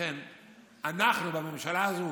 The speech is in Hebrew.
לכן אנחנו, בממשלה הזו,